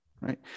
right